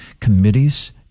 committees